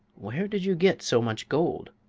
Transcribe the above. where did you get so much gold?